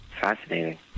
Fascinating